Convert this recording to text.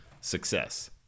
success